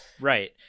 Right